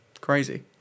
Crazy